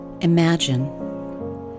imagine